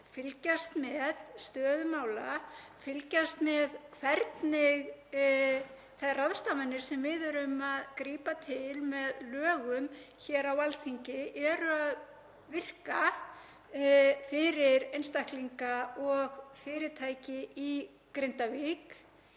fylgjast með stöðu mála, fylgjast með hvernig þær ráðstafanir sem við erum að grípa til með lögum hér á Alþingi eru að virka fyrir einstaklinga og fyrirtæki í Grindavík